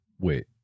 Wait